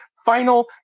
final